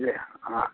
हॅं हॅं